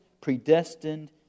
predestined